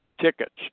tickets